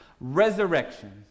resurrection